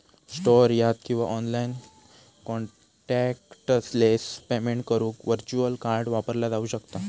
store यात किंवा online contactless payment करुक व्हर्च्युअल कार्ड वापरला जाऊ शकता